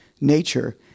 nature